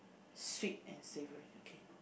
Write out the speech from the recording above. sweet and savoury okay